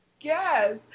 Yes